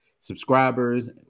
subscribers